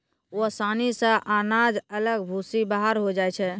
ओसानी से अनाज अलग भूसी बाहर होय जाय छै